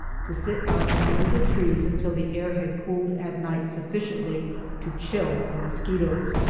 to sit out under the trees until the air had cooled at night sufficiently to chill the mosquitoes.